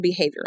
behavioral